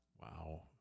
wow